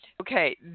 Okay